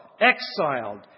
exiled